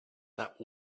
that